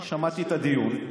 אני שמעתי את הדיון.